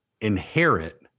inherit